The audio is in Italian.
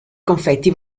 confetti